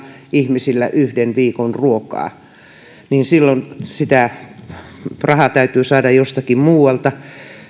ihmisillä yhden viikon ruokaa sitä rahaa täytyy saada jostakin muualta